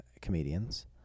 comedians